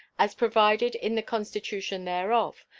as provided in the constitution thereof,